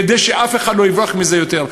כדי שאף אחד לא יברח מזה יותר.